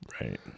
Right